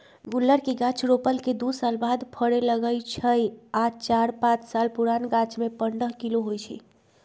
गुल्लर के गाछ रोपला के दू साल बाद फरे लगैए छइ आ चार पाच साल पुरान गाछमें पंडह किलो होइ छइ